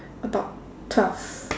about twelve